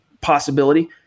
possibility